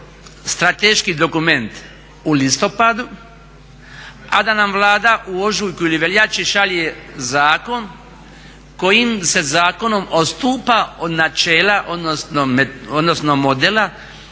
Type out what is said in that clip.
strateški dokument u listopadu a da nam Vlada u ožujku ili veljači šalje zakon kojim se zakonom odstupa od načela odnosno modela